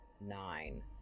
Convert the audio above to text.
Nine